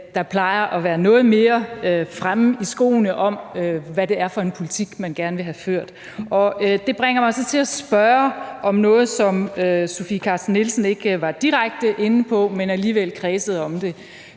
der plejer at være noget mere fremme i skoene om, hvad det er for en politik, man gerne vil have ført. Det bringer mig så til at spørge om noget, som Sofie Carsten Nielsen ikke var direkte inde på, men alligevel kredsede om,